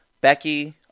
Becky